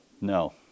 No